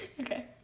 Okay